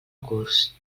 curs